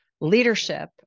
leadership